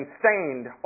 stained